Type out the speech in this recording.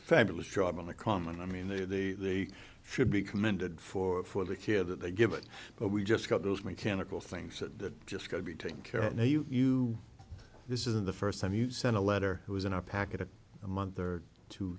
fabulous job on the common i mean they should be commended for for the kid that they give it but we just got those mechanical things that just got to be taken care of you this isn't the first time you sent a letter it was in a packet a month or two